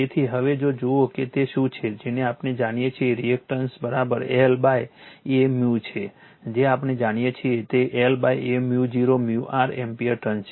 તેથી હવે જો જુઓ કે તે શું છે જેને આપણે જાણીએ છીએ રિએક્ટન્સ LA µ છે જે આપણે જાણીએ છીએ કે તે LA µ0 µr એમ્પીયર ટર્ન્સ છે